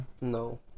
No